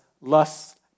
lusts